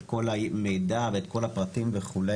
את כל המידע ואת כל הפרטים וכו',